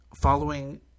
Following